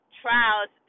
trials